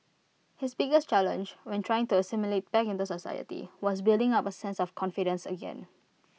his biggest challenge when trying to assimilate back in the society was building up A sense of confidence again